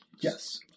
Yes